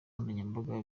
nkoranyambaga